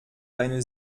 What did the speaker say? deine